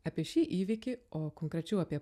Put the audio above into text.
apie šį įvykį o konkrečiau apie